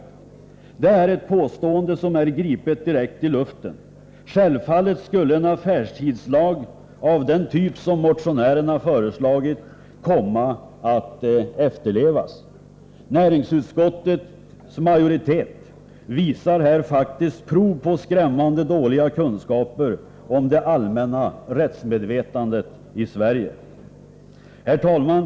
Det är ett påstående som är gripet direkt ur luften. Självfallet skulle en affärstidslag av den typ som motionärerna föreslagit komma att efterlevas. Näringsutskottets majoritet visar här faktiskt prov på skrämmande dåliga kunskaper om det allmänna rättsmedvetandet i Sverige. Herr talman!